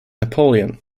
napoleon